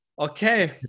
okay